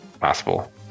possible